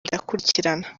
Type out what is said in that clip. ndakurikirana